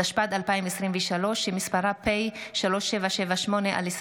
התשפ"ג 2023, שמספרה פ/3778/25.